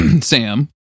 Sam